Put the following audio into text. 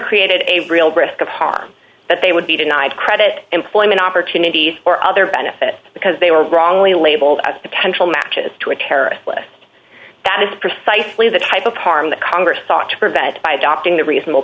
created a real risk of harm that they would be denied credit employment opportunity or other benefit because they were wrongly labeled as potential matches to a terrorist list that is precisely the type of harm that congress ought to prevent by adopting the reasonable